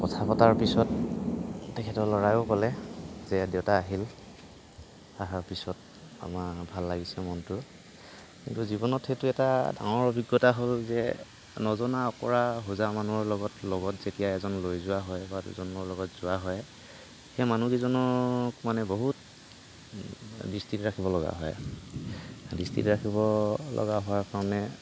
কথা পতাৰ পিছত তেখেতৰ ল'ৰায়ো ক'লে যে দেউতা আহিল অহাৰ পিছত আমাৰ ভাল লাগিছে মনটো কিন্তু জীৱনত সেইটো এটা ডাঙৰ অভিজ্ঞতা হ'ল যে নজনা অকৰা হোজা মানুহৰ লগত লগত যেতিয়া এজন লৈ যোৱা হয় বা দুজনৰ লগত যোৱা হয় সেই মানুহকেইজনক মানে বহুত দৃষ্টিত ৰাখিব লগা হয় দৃষ্টিত ৰাখিব লগা হোৱাৰ কাৰণে